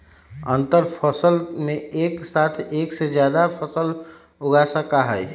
अंतरफसल में एक साथ एक से जादा फसल उगा सका हई